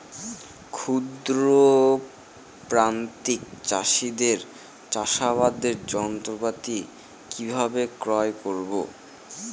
ক্ষুদ্র প্রান্তিক চাষীদের চাষাবাদের যন্ত্রপাতি কিভাবে ক্রয় করব?